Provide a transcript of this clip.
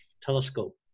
Telescope